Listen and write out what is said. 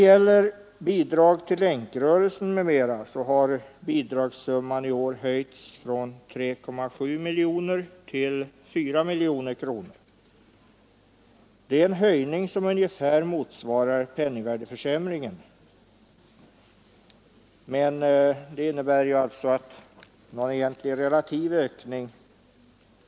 Bidragssumman till Länkrörelsen m.m. har i år höjts från 3,7 miljoner kronor till 4 miljoner kronor. Det är en höjning som ungefär motsvarar penningvärdeförsämringen. Förslaget innebär alltså inte någon egentlig höjning.